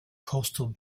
coastal